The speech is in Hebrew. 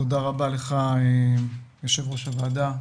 תודה רבה לך יו"ר הוועדה,